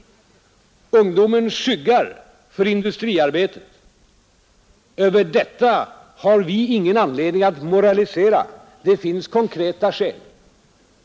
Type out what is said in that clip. Ungdomen skyggar för industriarbetet. Över detta har vi ingen anledning att moralisera. Det finns konkreta skäl.